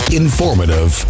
informative